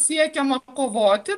siekiama kovoti